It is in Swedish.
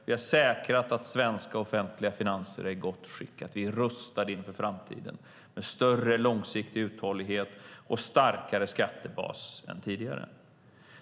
Vi har säkrat att svenska offentliga finanser är i gott skick, att vi är rustade inför framtiden, med större långsiktig uthållighet och starkare skattebas än tidigare.